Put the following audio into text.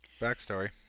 backstory